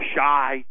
shy